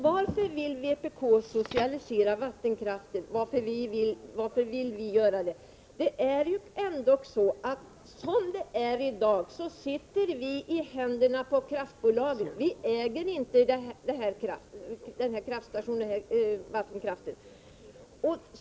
Varför vill vpk socialisera vattenkraften och varför vill vi göra det? Som det är i dag sitter vi i händerna på kraftbolagen; vi äger inte vattenkraften.